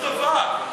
אז היא לא טובה.